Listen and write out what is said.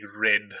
red